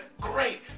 great